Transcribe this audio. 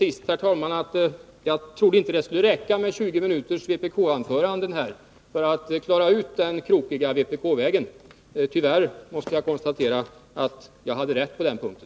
Jag sade i mitt första anförande att jag inte trodde att det skulle räcka med 20 minuters vpk-anföranden för att reda ut den krokiga vpk-vägen. Tyvärr måste jag konstatera att jag hade rätt på den punkten.